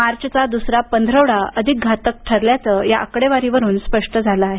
मार्चचा दुसरा पंधरवडा अधिक घातक ठरल्याचं आकडेवारीवरून स्पष्ट होत आहे